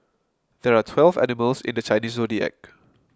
there are twelve animals in the Chinese zodiac